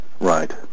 Right